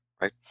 right